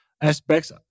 aspects